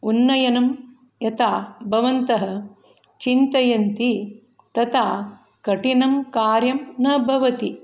उन्नयनं यथा भवन्तः चिन्तयन्ति तथा कठिनं कार्यं न भवति